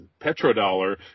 petrodollar